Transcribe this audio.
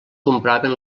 compraven